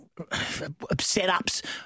setups